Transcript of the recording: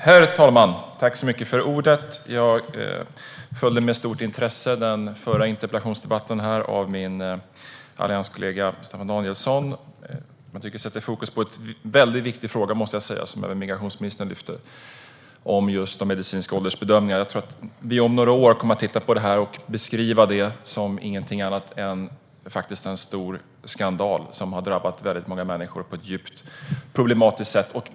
Herr talman! Jag följde med stort intresse den förra interpellationsdebatten med min allianskollega Staffan Danielsson. Debatten satte fokus på den viktiga frågan om de medicinska åldersbedömningarna. Vi kommer om några år att titta på frågan och beskriva den som ingenting annat än en stor skandal som har drabbat många människor på ett djupt problematiskt sätt.